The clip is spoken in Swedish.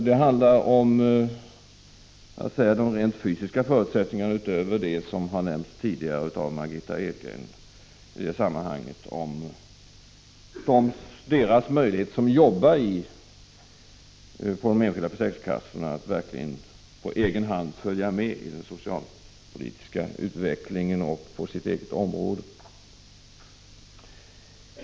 Det handlar om de rent fysiska förutsättningarna, utöver det som har nämnts av Margitta Edgren i detta sammanhang om möjligheterna för dem som jobbar på de enskilda försäkringskassorna att verkligen på egen hand följa med i den socialpolitiska utvecklingen och på sitt eget område.